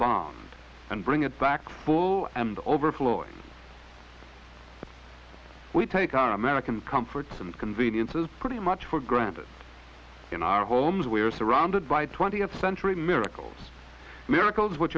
bomb and bring it back full and overflowing we take our american comforts and conveniences pretty much for granted in our homes we are surrounded by twentieth century miracles miracles wh